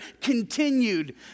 continued